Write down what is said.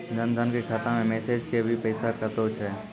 जन धन के खाता मैं मैसेज के भी पैसा कतो छ?